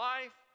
Life